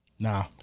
Nah